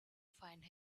find